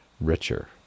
richer